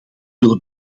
willen